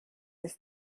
ist